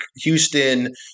Houston